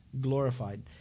glorified